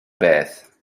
beth